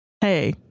hey